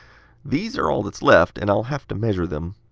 these are all that's left and i'll have to measure them.